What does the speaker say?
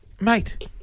mate